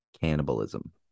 cannibalism